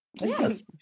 Yes